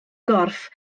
gorff